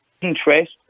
interest